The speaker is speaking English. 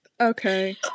Okay